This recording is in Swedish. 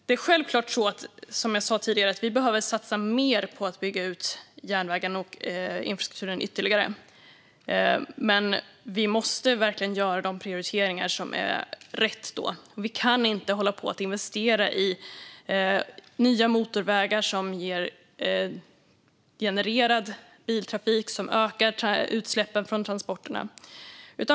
Vi behöver som sagt självklart satsa mer på att bygga ut järnvägen och infrastrukturen ytterligare. Men då måste vi verkligen göra rätt prioriteringar. Vi kan inte hålla på och investera i nya motorvägar, vilket genererar biltrafik och ökar utsläppen från transporterna.